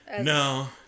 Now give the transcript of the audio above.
no